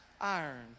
iron